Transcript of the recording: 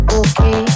okay